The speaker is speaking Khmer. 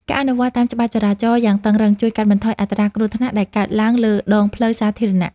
ការអនុវត្តតាមច្បាប់ចរាចរណ៍យ៉ាងតឹងរ៉ឹងជួយកាត់បន្ថយអត្រាគ្រោះថ្នាក់ដែលកើតឡើងលើដងផ្លូវសាធារណៈ។